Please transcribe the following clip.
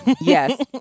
Yes